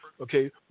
okay